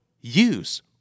use